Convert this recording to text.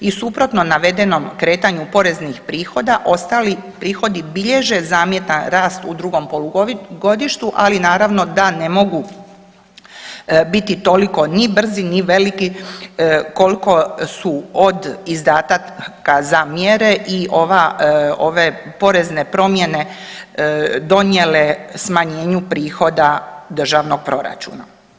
I suprotno navedenom kretanju poreznih prihoda ostali prihodi bilježe zamjetan rast u drugom polugodištu, ali naravno da ne mogu biti toliko ni brzi, ni veliki koliko su od izdataka za mjere i ova, ove porezne promjene donijele smanjenju prihoda državnog proračuna.